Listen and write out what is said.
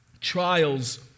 trials